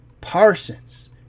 Parsons